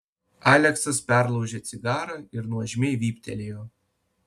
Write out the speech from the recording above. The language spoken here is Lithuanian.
aleksas perlaužė cigarą ir nuožmiai vyptelėjo